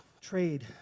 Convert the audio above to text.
trade